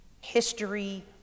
history